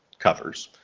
covers,